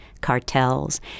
cartels